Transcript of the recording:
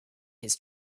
his